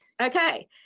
okay